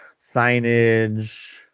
signage